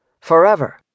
forever